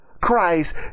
Christ